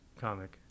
comic